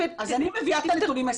אני מבינה את הנתונים.